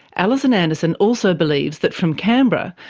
alison anderson also believes that from canberra,